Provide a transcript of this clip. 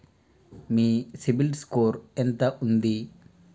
మీ CIBIL score ఎంత ఉంది?